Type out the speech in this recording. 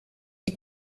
you